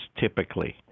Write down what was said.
typically